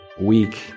weak